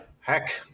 heck